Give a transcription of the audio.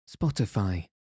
Spotify